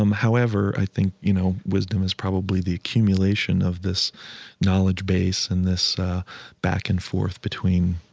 um however, i think you know wisdom is probably the accumulation of this knowledge base and this back and forth between